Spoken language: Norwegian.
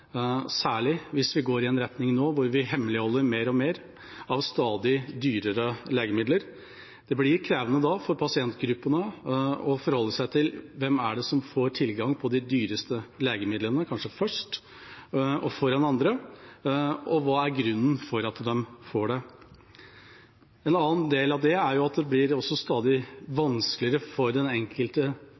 særlig hvis vi nå går i en retning hvor vi hemmeligholder mer og mer rundt stadig dyrere legemidler. Da blir det krevende for pasientgruppene å forholde seg til hvem det er som får tilgang på de dyreste legemidlene foran andre – kanskje først? – og hva grunnen er til at de får det. En annen del av det er at det blir stadig vanskeligere for den enkelte